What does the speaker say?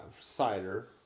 cider